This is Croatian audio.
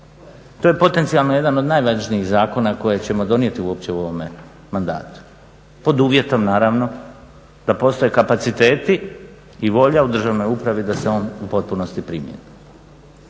To je potencijalno jedan od najvažnijih zakona koje ćemo donijeti uopće u ovome mandatu pod uvjetom naravno da postoje kapaciteti i volja u državnoj upravi da se on u potpunosti primjeni.